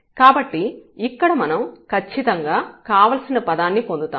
కాబట్టి ఇక్కడ మనం ఖచ్చితంగా కావలసిన పదం ను పొందుతాము